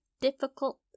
difficult